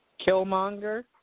Killmonger